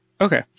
Okay